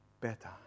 better